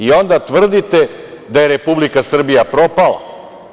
Onda tvrdite da je Republika Srbija propala.